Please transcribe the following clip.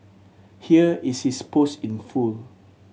here is his post in full